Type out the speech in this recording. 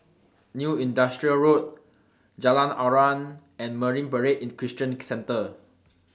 New Industrial Road Jalan Aruan and Marine Parade Christian Centre